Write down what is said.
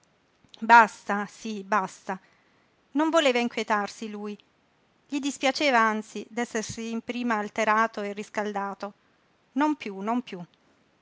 basta sí basta non voleva inquietarsi lui gli dispiaceva anzi d'essersi in prima alterato e riscaldato non piú non piú